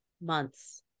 months